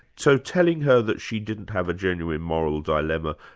so telling her that she didn't have a genuine moral dilemma,